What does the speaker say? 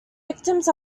victims